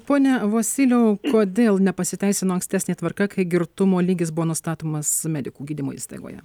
pone vosyliau kodėl nepasiteisino ankstesnė tvarka kai girtumo lygis buvo nustatomas medikų gydymo įstaigoje